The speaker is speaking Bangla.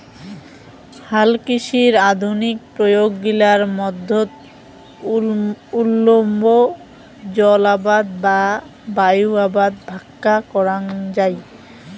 হালকৃষির আধুনিক প্রয়োগ গিলার মধ্যত উল্লম্ব জলআবাদ বা বায়ু আবাদ ভাক্কা করাঙ যাই